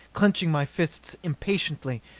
clenching my fists impotently.